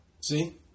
See